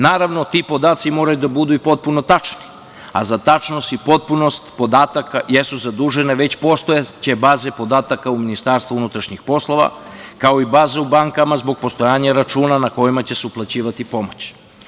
Naravno, ti podaci moraju da budu potpuno tačni, a za tačnost i potpunost podataka jesu zadužene već postojeće baze podataka u MUP, kao i baze u bankama zbog postojanja računa na koje će se uplaćivati pomoć.